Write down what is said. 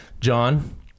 John